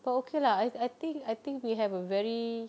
but okay lah I I think I think we have a very